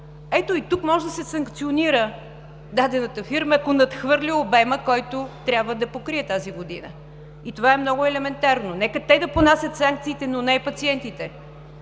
Ето и тук може да се санкционира дадената фирма, ако надхвърля обема, който трябва да покрие тази година и това е много елементарно. Нека те да понасят санкциите, но не и пациентите.